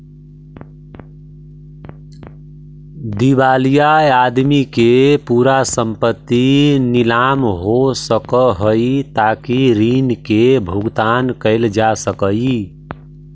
दिवालिया आदमी के पूरा संपत्ति नीलाम हो सकऽ हई ताकि ऋण के भुगतान कैल जा सकई